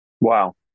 Wow